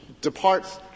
departs